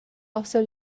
also